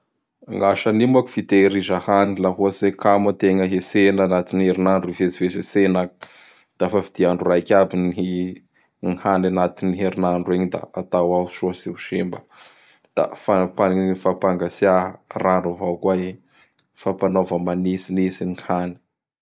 Gny asan'igny moa ka fitehiriza hany laha ohatsy hoe kamo ategna hiatsena agnatin'ny herin'adro hivezivezy atsena agny. Da fa vidia andro raiky aby gny hany agnatin' gny herignandro igny da atao ao soa tsy ho simba; da fampangatsiaha rano avao koa igny. Fampanaova manitsinitsy gny hany.